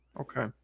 Okay